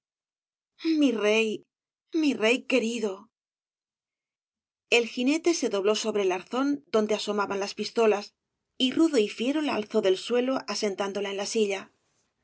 mi rey mi rey querido el jinete se dobló sobre el arzón donde asomaban las pistolas y rudo y fiero la alzó del suelo asentándola en la silla